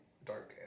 Dark